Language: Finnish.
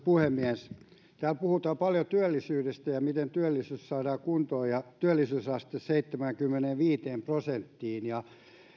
puhemies täällä puhutaan paljon työllisyydestä ja miten työllisyys saadaan kuntoon ja työllisyysaste seitsemäänkymmeneenviiteen prosenttiin ja